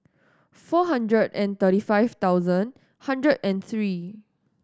four hundred and thirty five thousand hundred and three